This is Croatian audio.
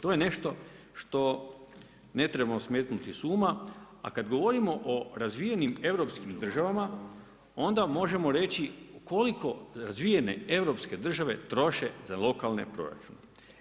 To je nešto što ne trebamo smetnuti s uma, a kad govorimo o razvijenim europskim država onda možemo reći koliko razvijene europske države troše za lokalne proračune.